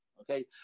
Okay